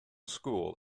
school